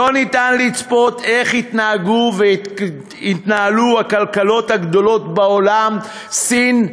לא ניתן לצפות איך יתנהגו ויתנהלו הכלכלות הגדולות בעולם סין,